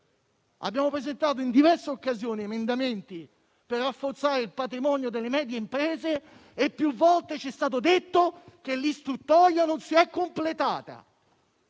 abbiamo presentato emendamenti per rafforzare il patrimonio delle medie imprese e più volte ci è stato detto che l'istruttoria non si è completata.